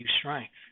strength